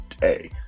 day